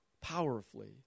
powerfully